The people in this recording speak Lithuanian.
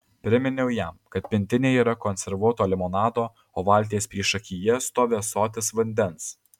priminiau jam kad pintinėje yra konservuoto limonado o valties priešakyje stovi ąsotis vandens